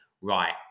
right